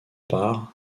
par